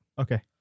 Okay